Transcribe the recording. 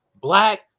black